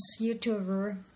YouTuber